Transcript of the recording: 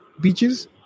beaches